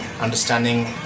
understanding